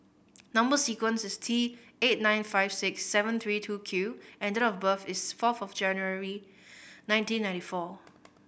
number sequence is T eight nine five six seven three two Q and date of birth is fourth of January nineteen ninety four